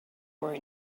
were